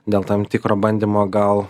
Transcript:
dėl tam tikro bandymo gal